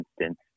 instance